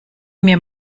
mir